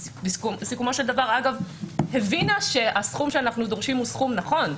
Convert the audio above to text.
שבסיכומו של דבר הבינה שהסכום שאנחנו דורשים הוא סכום נכון.